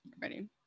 Ready